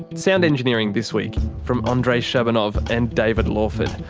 sound engineering this week from um andrei shabunov and david lawford,